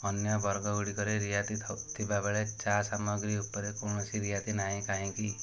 ଅନ୍ୟ ବର୍ଗ ଗୁଡ଼ିକରେ ରିହାତି ଥିବାବେଳେ ଚା' ସାମଗ୍ରୀ ଉପରେ କୌଣସି ରିହାତି ନାହିଁ କାହିଁକି